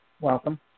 Welcome